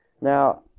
Now